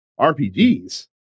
RPGs